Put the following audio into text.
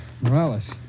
Morales